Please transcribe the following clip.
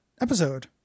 episode